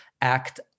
act